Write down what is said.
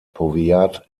powiat